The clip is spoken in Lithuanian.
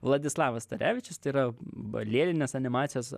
vladislavas starevičius tai yra b lėlinės animacijos